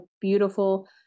beautiful